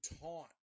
taunt